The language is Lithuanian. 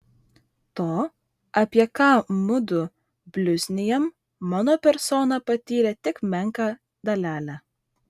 to apie ką mudu bliuznijam mano persona patyrė tik menką dalelę